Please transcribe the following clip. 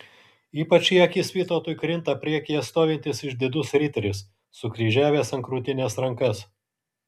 ypač į akis vytautui krinta priekyje stovintis išdidus riteris sukryžiavęs ant krūtinės rankas